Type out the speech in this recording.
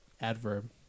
Adverb